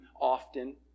often